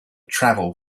travel